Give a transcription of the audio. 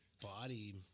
body